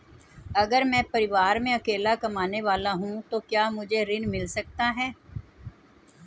अगर मैं परिवार में अकेला कमाने वाला हूँ तो क्या मुझे ऋण मिल सकता है?